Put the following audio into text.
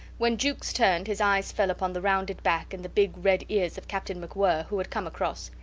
when jukes turned, his eyes fell upon the rounded back and the big red ears of captain macwhirr, who had come across.